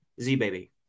Z-Baby